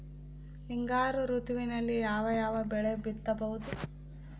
ಹಿಂಗಾರು ಋತುವಿನಲ್ಲಿ ಯಾವ ಯಾವ ಬೆಳೆ ಬಿತ್ತಬಹುದು?